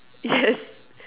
yes